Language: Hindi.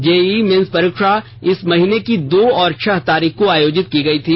जेईई मेन्स परीक्षा इस महीने की दो और छह तारीख को आयोजित की गई थी